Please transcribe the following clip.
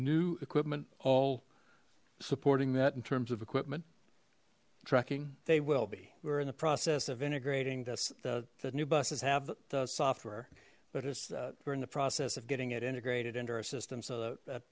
new equipment all supporting that in terms of equipment trucking they will be we're in the process of integrating this the new buses have the software but it's we're in the process of getting it integrated into our system so that